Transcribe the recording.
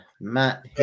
matt